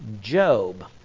Job